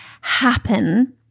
happen